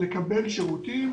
לקבל שירותים